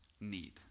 need